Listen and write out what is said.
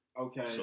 okay